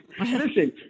Listen